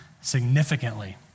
significantly